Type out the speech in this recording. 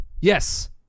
yes